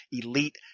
elite